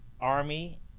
Army